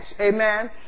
Amen